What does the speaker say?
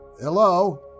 Hello